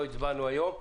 לא הצבענו היום.